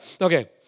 okay